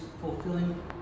fulfilling